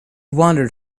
wandered